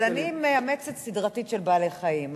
אבל אני מאמצת סדרתית של בעלי-חיים.